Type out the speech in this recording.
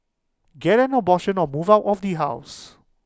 get an abortion or move out of the house